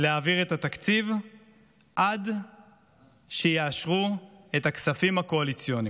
להעביר את התקציב עד שיאשרו את הכספים הקואליציוניים,